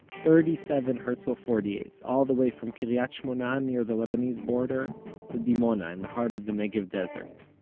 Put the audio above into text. thirty-seven herzl forty-eights, all the way from kiryat shmona near the lebanese border to dimona, in the heart of the negev desert.